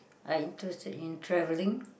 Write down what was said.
I interested in travelling